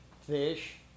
fish